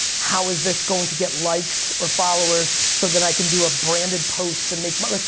how is this going to get likes or followers, so then i can do a branded post, and make, but like,